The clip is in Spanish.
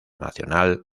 nacional